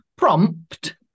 prompt